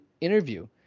interview